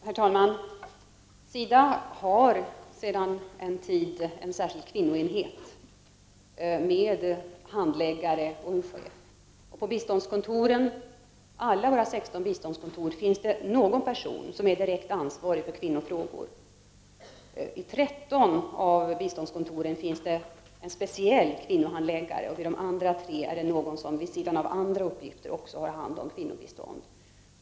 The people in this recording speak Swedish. Herr talman! SIDA har sedan en tid en särskild kvinnoenhet med handläggare och en chef. Och på alla 16 biståndskontoren finns det någon person som är direkt ansvarig för kvinnofrågor. På 13 av biståndskontoren finns det en speciell kvinnohandläggare, och vid de andra 3 är det någon som vid sidan av andra uppgifter har hand även om kvinnobiståndet.